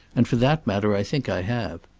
and for that matter i think i have.